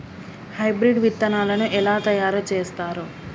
Hybrid విత్తనాలను ఎలా తయారు చేస్తారు?